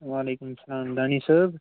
وعلیکُم السلام دانِش صٲب